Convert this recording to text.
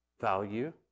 value